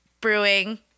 brewing